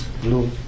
blue